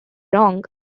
wrong